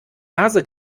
nase